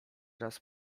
raz